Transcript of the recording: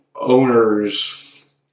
owners